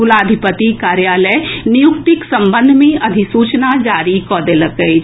कुलाधिपति कार्यालय नियुक्तिक संबंध मे अधिसूचना जारी कऽ देलक अछि